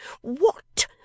What